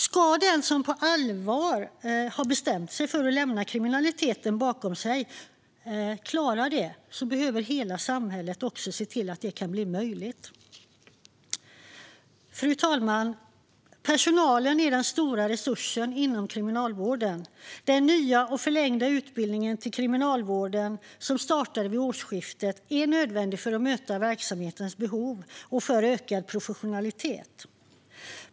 Ska den som på allvar har bestämt sig för att lämna kriminaliteten bakom sig klara det behöver hela samhället se till att det kan bli möjligt. Fru talman! Personalen är den stora resursen inom kriminalvården. Den nya och förlängda utbildning till kriminalvårdare som startade vid årsskiftet är nödvändig för att möta verksamhetens behov och för ökad professionalitet.